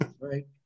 right